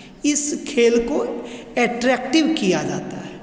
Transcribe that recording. इस खेल को एट्रेक्टिव किया जाता है